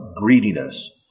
greediness